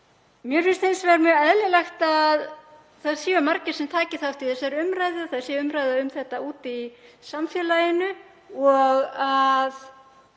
Mér finnst hins vegar mjög eðlilegt að það séu margir sem taki þátt í þessari umræðu, að það sé umræða um þetta úti í samfélaginu og að